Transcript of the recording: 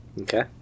Okay